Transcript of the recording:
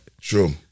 True